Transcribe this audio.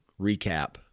recap